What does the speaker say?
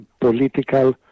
political